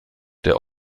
der